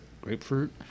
grapefruit